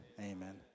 Amen